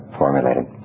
formulated